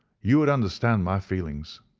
you would understand my feelings.